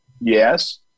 Yes